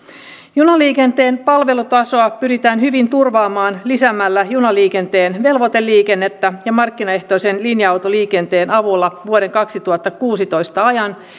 junaliikenteen palvelutasoa pyritään hyvin turvaamaan lisäämällä junaliikenteen velvoiteliikennettä ja markkinaehtoisen linja autoliikenteen avulla vuoden kaksituhattakuusitoista ajan